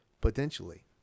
Potentially